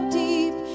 deep